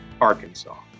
Arkansas